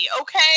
okay